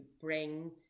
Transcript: bring